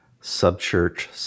sub-church